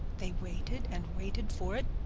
they waited and waited for it,